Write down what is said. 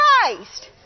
Christ